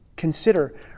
Consider